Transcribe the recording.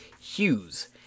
Hughes